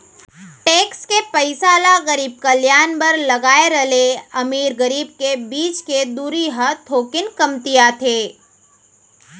tax के पइसा ल गरीब कल्यान बर लगाए र ले अमीर गरीब के बीच के दूरी ह थोकिन कमतियाथे